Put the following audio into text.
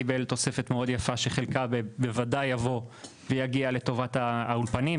קיבל תוספת מאוד יפה שחלקה בוודאי יבוא ויגיע לטובת האולפנים,